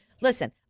Listen